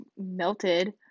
melted